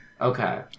okay